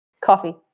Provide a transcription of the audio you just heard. Coffee